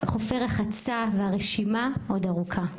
חופי רחצה והרשימה עוד ארוכה.